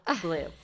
blue